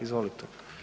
Izvolite.